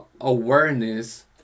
awareness